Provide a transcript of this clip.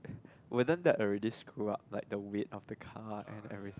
wouldn't that already screw up the weight of the car and everything